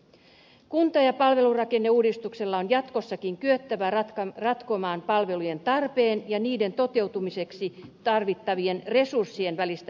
kunta ja palvelurakenneuudistuksella on jatkossakin kyettävä ratkomaan palvelujen tarpeen ja niiden toteutumiseksi tarvittavien resurssien välistä epäsuhtaa